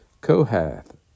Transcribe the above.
Kohath